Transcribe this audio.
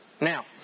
Now